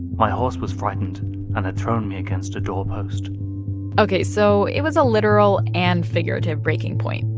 my horse was frightened and had thrown me against a doorpost ok, so it was a literal and figurative breaking point.